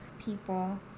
people